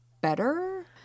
better